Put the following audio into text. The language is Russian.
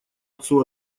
отцу